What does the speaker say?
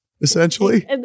essentially